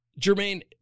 Jermaine